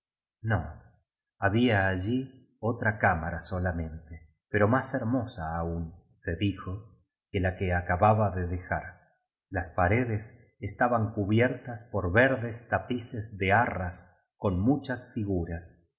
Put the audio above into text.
no había allí otra cámara solamente pero más hermosa aún se dijo que la que acababa de dejar las paredes estaban cubiertas por ver des tapices de arras con muchas figuras